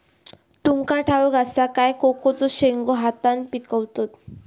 तुमका ठाउक असा काय कोकोचे शेंगे हातान पिकवतत